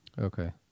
Okay